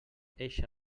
eixa